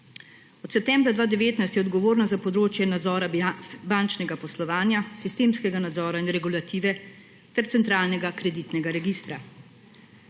Od septembra 2019 je odgovornost za področje nadzora bančnega poslovanja, sistemskega nadzora in regulative ter centralnega kreditnega registra.